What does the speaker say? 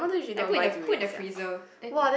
like put in the put in the freezer and